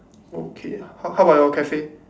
okay how how about your cafe